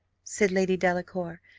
said lady delacour,